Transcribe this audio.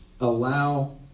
allow